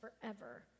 forever